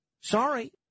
Sorry